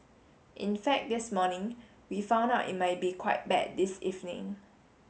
in fact this morning we found out it might be quite bad this evening